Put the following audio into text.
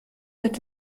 wird